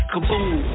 Kaboom